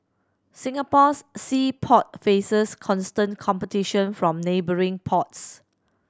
Singapore's sea port faces constant competition from neighbouring ports